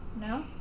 No